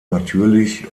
natürlich